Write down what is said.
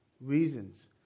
Reasons